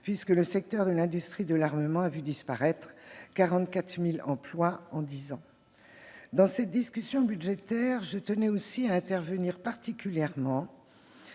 puisque le secteur de l'industrie de l'armement a vu disparaître 44 000 emplois en dix ans. Dans le cadre de cette discussion budgétaire, je tiens aussi à intervenir sur un sujet